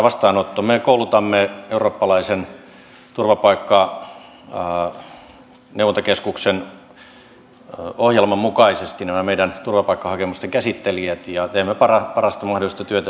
me koulutamme eurooppalaisen turvapaikkaneuvontakeskuksen ohjelman mukaisesti nämä meidän turvapaikkahakemusten käsittelijät ja teemme parasta mahdollista työtä siitä